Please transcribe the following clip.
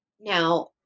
Now